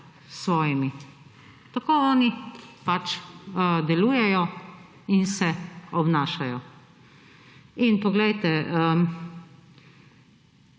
svojimi. Tako oni pač delujejo in se obnašajo. In poglejte,